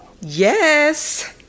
Yes